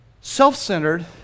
self-centered